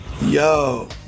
yo